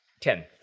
Ten